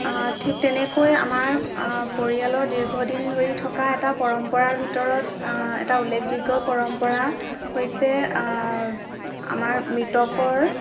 ঠিক তেনেকৈ আমাৰ পৰিয়ালৰ দীৰ্ঘদিন ধৰি থকা এটা পৰম্পৰাৰ ভিতৰত এটা উল্লেখযোগ্য পৰম্পৰা হৈছে আমাৰ মৃতকৰ